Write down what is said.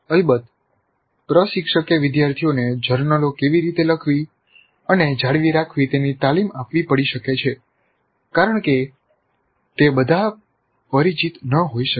અલબત્ત પ્રશિક્ષકે વિદ્યાર્થીઓને જર્નલો કેવી રીતે લખવી અને જાળવી રાખવી તેની તાલીમ આપવી પડી શકે છે કારણ કે તે બધા પરિચિત ન હોઈ શકે